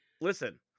Listen